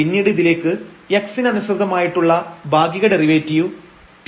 പിന്നീട് ഇതിലേക്ക് x ന് അനുസൃതമായിട്ടുള്ള ഭാഗിക ഡെറിവേറ്റീവ് 2x ആണ്